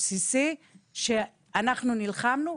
בסיסי שאנחנו נלחמנו עליו.